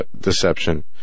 deception